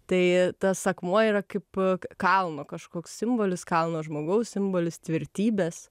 tai tas akmuo yra kaip a kalno kažkoks simbolis kalno žmogaus simbolis tvirtybės